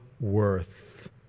worth